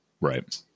right